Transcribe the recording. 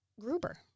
gruber